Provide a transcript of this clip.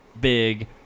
big